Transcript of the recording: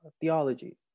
theology